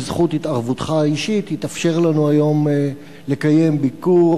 בזכות התערבותך האישית התאפשר לנו היום לקיים ביקור,